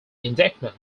indictment